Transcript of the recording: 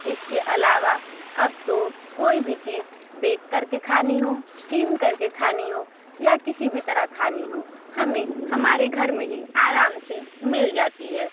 इसके अलावा अब तो कोई भी चीज़ बेक करके खानी हो स्टीम करके खानी हो या किसी भी तरह खानी हो हमें हमारे घर में ही आराम से मिल जाती है